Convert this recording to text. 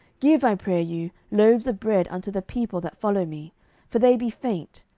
give, i pray you, loaves of bread unto the people that follow me for they be faint,